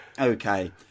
okay